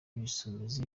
ibisumizi